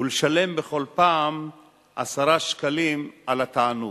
ולשלם בכל פעם 10 שקלים על התענוג.